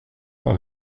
par